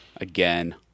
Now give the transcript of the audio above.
again